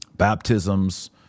Baptisms